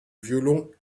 violon